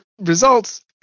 results